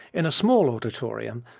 in a small auditorium,